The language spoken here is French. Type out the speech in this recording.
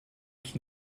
qui